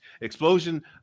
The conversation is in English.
Explosion